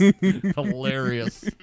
hilarious